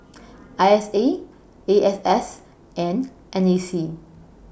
I S A A X S and N A C